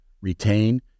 retain